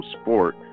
sport